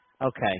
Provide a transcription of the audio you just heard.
Okay